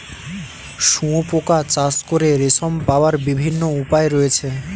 শুঁয়োপোকা চাষ করে রেশম পাওয়ার বিভিন্ন উপায় রয়েছে